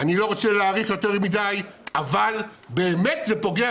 אני לא רוצה להאריך יותר מדי, אבל באמת זה פוגע